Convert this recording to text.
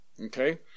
Okay